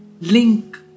link